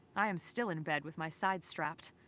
i am still in bed with my side strapped.